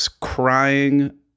Crying